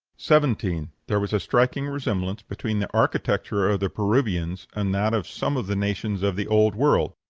seventeen. there was a striking resemblance between the architecture of the peruvians and that of some of the nations of the old world.